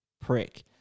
prick